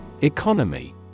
Economy